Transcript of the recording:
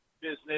business